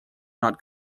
not